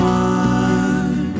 one